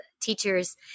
teachers